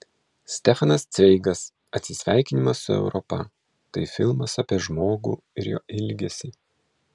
stefanas cveigas atsisveikinimas su europa tai filmas apie žmogų ir jo ilgesį